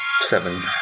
seven